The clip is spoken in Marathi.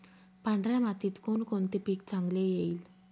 पांढऱ्या मातीत कोणकोणते पीक चांगले येईल?